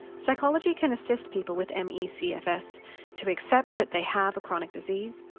psychology can assist people with me cfs to accept that they have a chronic disease,